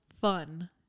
fun